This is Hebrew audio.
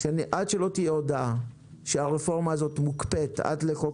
עד שלא תהיה הודעה שהרפורמה הזאת מוקפאת עד לחוק